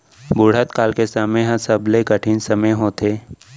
बुढ़त काल के समे ह सबले कठिन समे होथे